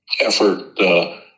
effort